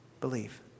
believe